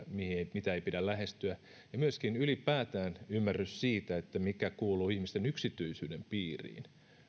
mitä ei pidä lähestyä ja myöskin ylipäätään ymmärrys siitä mikä kuuluu ihmisen yksityisyyden piiriin